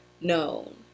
known